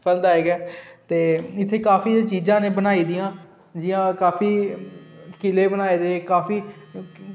फलदायक ऐ ते इत्थै काफी चीजां इन्नै बनाई दी आं जि'यां काफी किले बनाऐ दे काफी